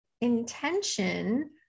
intention